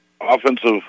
offensive